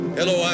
Hello